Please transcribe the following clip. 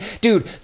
Dude